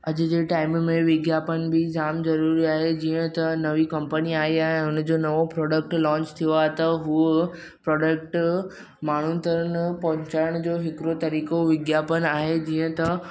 अॼु जे टाइम में विज्ञापन बि जामु ज़रूरी आहे जीअं त नईं कंपनी आई आहे हुनजो नओं प्रोडक्ट लोंच थियो आहे त हू प्रोडक्ट माण्हुनि तन पहुंचाइण जो बि हिकिड़ो तरीक़ो विज्ञापन आहे जीअं त